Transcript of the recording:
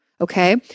Okay